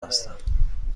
هستم